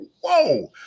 whoa